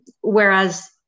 whereas